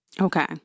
okay